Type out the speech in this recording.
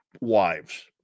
wives